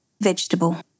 Vegetable